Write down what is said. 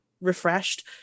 refreshed